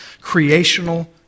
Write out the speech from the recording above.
creational